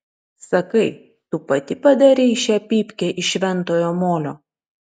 sakai tu pati padarei šią pypkę iš šventojo molio